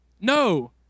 No